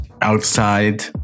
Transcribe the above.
outside